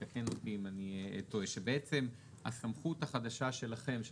המשמעות פה היא שבעצם הסמכות החדשה שלכם כאן